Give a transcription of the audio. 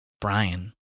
Brian